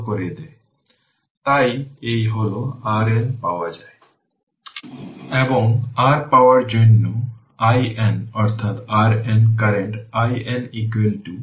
যখন এটি ক্লোজ করা হয়েছিল তখন এটি ছিল t 0 এর আগে এটি ক্লোজ ছিল তাই এই কারেন্ট i প্রবাহিত হচ্ছে